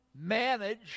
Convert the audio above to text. manage